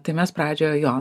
tai mes pradžioje jo